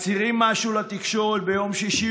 מצהירים משהו לתקשורת ביום שישי,